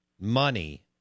money